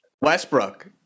Westbrook